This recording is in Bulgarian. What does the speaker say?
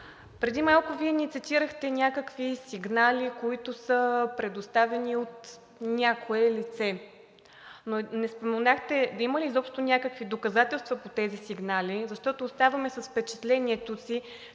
Преди малко Вие ни цитирахте някакви сигнали, които са предоставени от някое лице, но не споменахте има ли изобщо някакви доказателства по тези сигнали, защото оставаме с впечатлението,